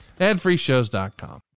AdfreeShows.com